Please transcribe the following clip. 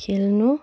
खेल्नु